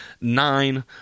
nine